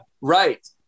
Right